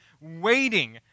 waiting